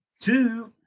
two